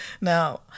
now